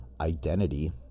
identity